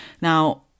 Now